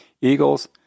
eagles